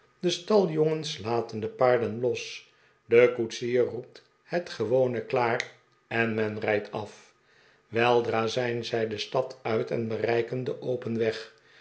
de staljongens laten de paarden los de koetsier roept het gewone klaar en men rijdt af weldra zijn zij de stad uit en bereiken den open weg